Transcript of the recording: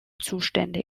zuständig